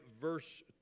verse